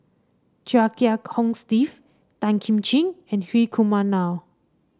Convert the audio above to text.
Chia Kiah Hong Steve Tan Kim Ching and Hri Kumar Nair